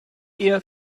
ihr